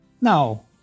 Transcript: Now